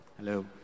Hello